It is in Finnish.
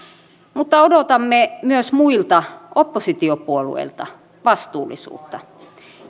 mutta odotamme myös muilta oppositiopuolueilta vastuullisuutta